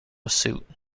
suit